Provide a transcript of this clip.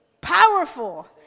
powerful